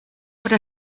oder